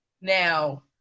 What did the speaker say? now